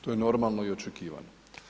To je normalno i očekivano.